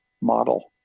model